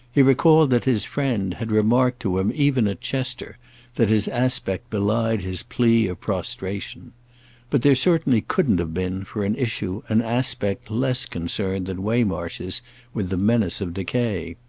he recalled that his friend had remarked to him even at chester that his aspect belied his plea prostration but there certainly couldn't have been, for an issue, an aspect less concerned than waymarsh's with the menace of decay.